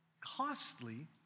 costly